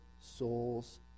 souls